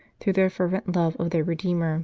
through their fervent love of their redeemer